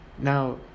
now